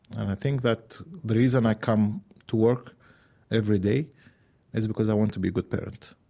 and i think that the reason i come to work every day is because i want to be a good parent.